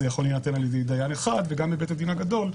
יכול להינתן על ידי דיין אחד וגם בבית הדין הגדול.